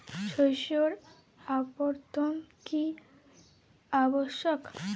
শস্যের আবর্তন কী আবশ্যক?